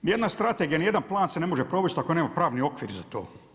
Ni jedna strategija, ni jedan plan se ne može provesti ako nema pravni okvir za to.